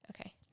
Okay